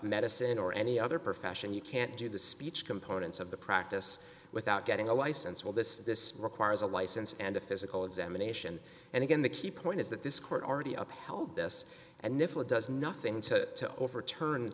medicine or any other profession you can't do the speech components of the practice without getting a license all this this requires a license and a physical examination and again the key point is that this court already upheld this and does nothing to overturn